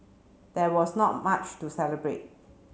there was not much to celebrate